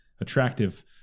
attractive